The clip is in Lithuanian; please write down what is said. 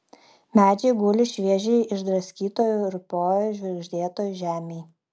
medžiai guli šviežiai išdraskytoj rupioj žvirgždėtoj žemėj